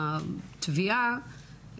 התביעה,